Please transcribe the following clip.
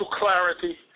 clarity